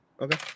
Okay